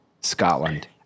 scotland